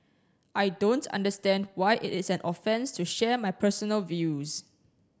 I don't understand why it is an offence to share my personal views